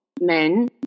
men